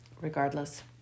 Regardless